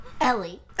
Ellie